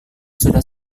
sudah